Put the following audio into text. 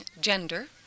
gender